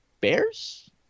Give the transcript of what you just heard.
Bears